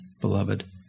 beloved